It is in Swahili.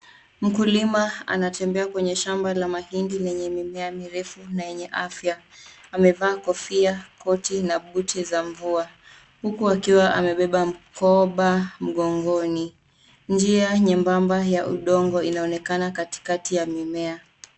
Mkulima anatembea kwenye shamba la mahindi lenye mimea mirefu na yenye afya. Amevaa kofia, koti na buti za mvua uku akiwa amebeba mkoba mgongoni. Njia nyembamba ya udongo inaonekana katikati ya mimea.